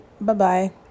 Bye-bye